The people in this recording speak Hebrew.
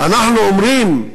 אנחנו אומרים,